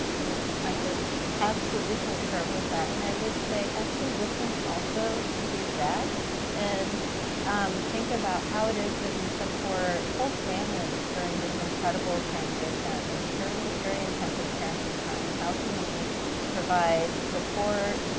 good. i would absolutely concur with that. and i would say actually listen also to dads and um think about how it is that we support whole families during this incredible transition and during this very intensive parenting time. how can we provide support,